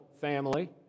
family